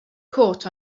caught